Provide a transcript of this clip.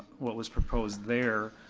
what was proposed there.